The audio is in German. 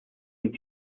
mit